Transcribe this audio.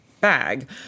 bag